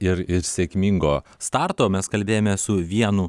ir ir sėkmingo starto mes kalbėjome su vienu